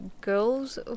girls